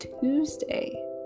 Tuesday